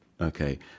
Okay